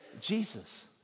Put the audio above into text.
Jesus